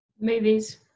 Movies